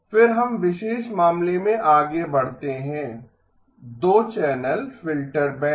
फिर हम विशेष मामले में आगे बढ़ते हैं 2 चैनल फ़िल्टर बैंक